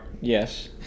Yes